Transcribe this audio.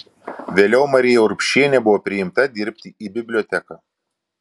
vėliau marija urbšienė buvo priimta dirbti į biblioteką